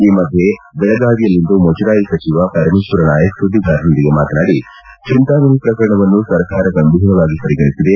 ಈ ಮಧ್ಯೆ ದೆಳಗಾವಿಯಲ್ಲಿಂದು ಮುಜರಾಯಿ ಸಚಿವ ಪರಮೇಶ್ವರ ನಾಯಕ್ ಸುದ್ದಿಗಾರರೊಂದಿಗೆ ಮಾತನಾಡಿ ಚಿಂತಾಮಣಿ ಪ್ರಕರಣವನ್ನು ಸರ್ಕಾರ ಗಂಭೀರವಾಗಿ ಪರಿಗಣಿಸಿದೆ